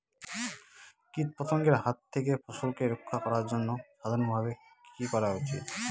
কীটপতঙ্গের হাত থেকে ফসলকে রক্ষা করার জন্য সাধারণভাবে কি কি করা উচিৎ?